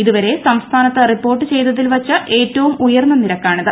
ഇതുവരെ സംസ്ഥാനത്ത് റിപ്പോർട്ട് ചെയ്തതിൽ വച്ച് ഏറ്റവും ഉയർന്ന നിരക്കാണിത്